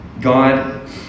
God